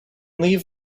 leave